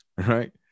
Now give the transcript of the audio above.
right